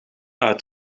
uit